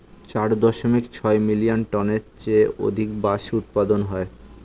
চার দশমিক ছয় মিলিয়ন টনের চেয়ে অধিক বাঁশ উৎপাদন হয়